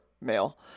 male